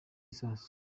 isasu